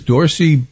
Dorsey